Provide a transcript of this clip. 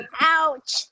Ouch